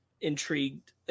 intrigued